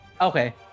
Okay